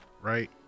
right